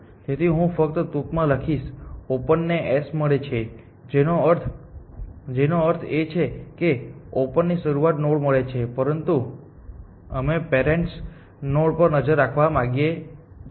તેથી હું ફક્ત ટૂંકમાં લખીશ ઓપન ને S મળે છે જેનો અર્થ એ છે કે ઓપન ને શરૂઆતની નોડ મળે છે પરંતુ અમે પેરેન્ટ્સ નોડ પર નજર રાખવા માંગીએ છીએ